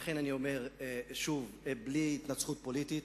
לכן אני אומר שוב, בלי התנצחות פוליטית: